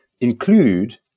include